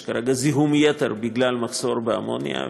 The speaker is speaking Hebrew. יש כרגע זיהום יתר בגלל מחסור באמוניה,